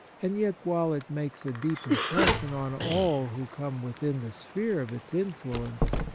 and yet while it makes a deep impression on all who come within the sphere of its influence,